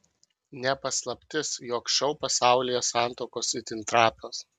ne paslaptis jog šou pasaulyje santuokos itin trapios